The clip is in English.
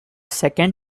second